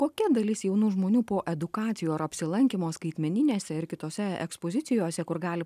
kokia dalis jaunų žmonių po edukacijų ar apsilankymo skaitmeninėse ir kitose ekspozicijose kur gali